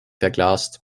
verglast